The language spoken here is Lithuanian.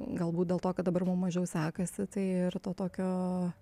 galbūt dėl to kad dabar mum mažiau sekasi tai ir to tokio